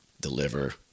deliver